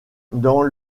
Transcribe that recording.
dans